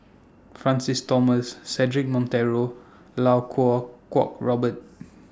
Francis Thomas Cedric Monteiro Lau Kuo Kuo Robert